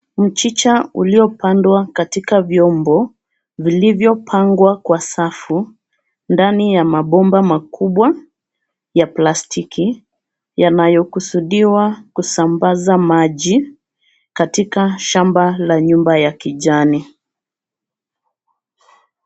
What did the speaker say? Mchicha uliopandwa katika vyombo vilivyopangwa kwa safu ndani ya mabomba makubwa ya plastiki yanayokusudiwa kusambaza maji katika shamba la nyumba ya kijani.